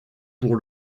pour